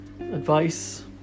advice